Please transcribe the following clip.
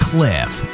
Cliff